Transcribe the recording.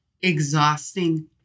exhausting